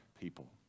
people